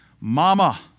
mama